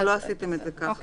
אבל לא עשיתם את זה ככה.